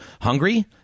hungry